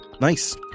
Nice